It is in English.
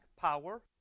power